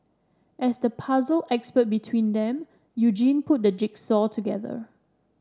as the puzzle expert between them Eugene put the jigsaw together